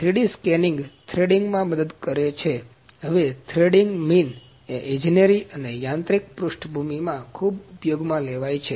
3D scanning થ્રેડિંગમાં મદદ કરે છે હવે થ્રેડીંગ મીન એ ઈજનેરી અને યાંત્રિક પૃષ્ઠભૂમિમાં ખૂબ ઉપયોગમાં લેવાય છે